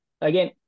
again